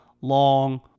long